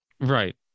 Right